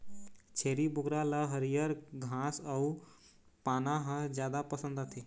छेरी बोकरा ल हरियर घास अउ पाना ह जादा पसंद आथे